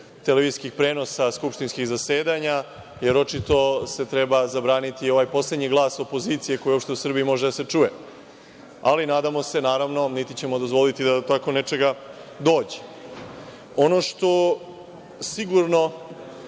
televizijskih prenosa skupštinskih zasedanja, jer očito treba zabraniti i ovaj poslednji glas opozicije koji još u Srbiji može da se čuje. Naravno, nadamo se, niti ćemo dozvoliti da do tako nečega dođe. Ono što sigurno